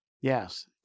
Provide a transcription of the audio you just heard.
Yes